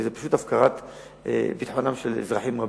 כי זו הפקרת ביטחונם של אזרחים רבים,